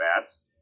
bats